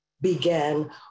began